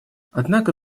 однако